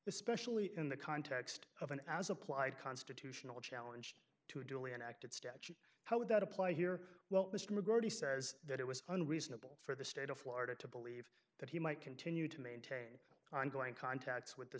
this specially in the context of an as applied constitutional challenge to a duly enacted sketch how would that apply here well mr mcgroarty says that it was unreasonable for the state of florida to believe that he might continue to maintain ongoing contacts with the